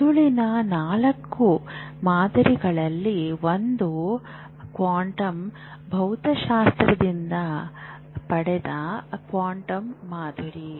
ಮೆದುಳಿನ 4 ಮಾದರಿಗಳಲ್ಲಿ ಒಂದು ಕ್ವಾಂಟಮ್ ಭೌತಶಾಸ್ತ್ರದಿಂದ ಪಡೆದ ಕ್ವಾಂಟಮ್ ಮಾದರಿ